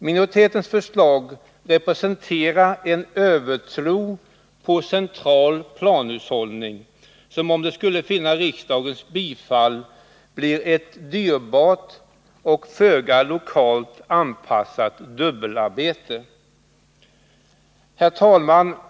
Minoritetens förslag representerar en övertro på central planhushållning som, om det skulle vinna riksdagens bifall, bleve ett dyrbart och föga lokalt anpassat dubbelarbete. Herr talman!